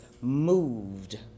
moved